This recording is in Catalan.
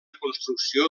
construcció